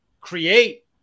create